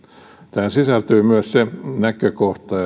tähän sisältyy myös se näkökohta